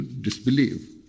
disbelieve